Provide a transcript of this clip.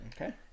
Okay